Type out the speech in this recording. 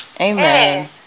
Amen